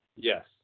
Yes